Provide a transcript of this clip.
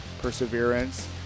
perseverance